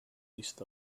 list